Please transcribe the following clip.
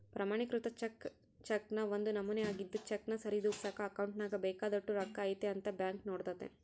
ಪ್ರಮಾಣಿಕೃತ ಚೆಕ್ ಚೆಕ್ನ ಒಂದು ನಮೂನೆ ಆಗಿದ್ದು ಚೆಕ್ನ ಸರಿದೂಗ್ಸಕ ಅಕೌಂಟ್ನಾಗ ಬೇಕಾದೋಟು ರೊಕ್ಕ ಐತೆ ಅಂತ ಬ್ಯಾಂಕ್ ನೋಡ್ತತೆ